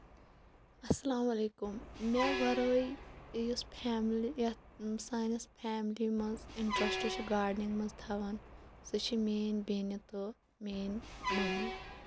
السلام علیکُم مےٚ وَرٲے یُس فیملی یَتھ سانِس فیملی منٛز اِنٹرَسٹ چھُ گاڈنیٚنگ منٛز تھاوان سُہ چھِ میٲنۍ بیٚنہِ تہٕ میٲنۍ مٔمی